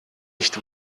nicht